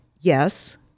yes